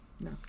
No